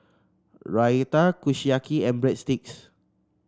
Raita Kushiyaki and Breadsticks